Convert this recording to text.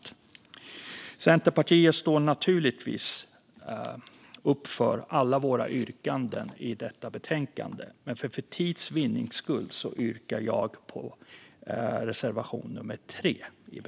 Vi i Centerpartiet står naturligtvis bakom alla våra yrkanden i betänkandet, men för tids vinnande yrkar jag bifall endast till reservation nummer 3.